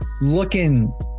looking